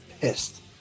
pissed